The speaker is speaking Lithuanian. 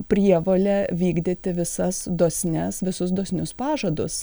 prievolė vykdyti visas dosnias visus dosnius pažadus